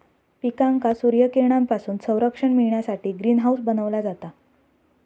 पिकांका सूर्यकिरणांपासून संरक्षण मिळण्यासाठी ग्रीन हाऊस बनवला जाता